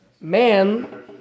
man